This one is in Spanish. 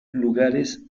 lugares